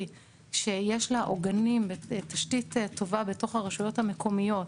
עוגנים ותשתית טובה בתוך הרשויות המקומיות,